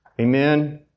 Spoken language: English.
Amen